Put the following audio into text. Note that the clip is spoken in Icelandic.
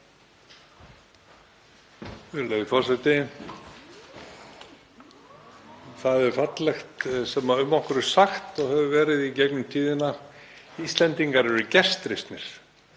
Það er fallegt sem um okkur er sagt og hefur verið sagt í gegnum tíðina, að Íslendingar eru gestrisnir.